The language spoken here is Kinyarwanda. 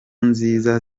nziza